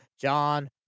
John